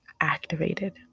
activated